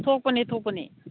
ꯊꯣꯛꯄꯅꯤ ꯊꯣꯛꯄꯅꯤ